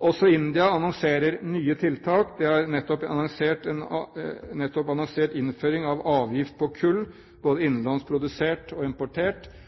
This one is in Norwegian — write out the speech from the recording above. Også India annonserer nye tiltak. De har nettopp annonsert innføring av avgift på kull, både innenlands produsert og importert.